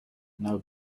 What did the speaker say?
now